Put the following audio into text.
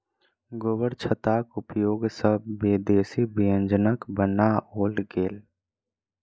गोबरछत्ताक उपयोग सॅ विदेशी व्यंजनक बनाओल गेल